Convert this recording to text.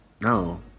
No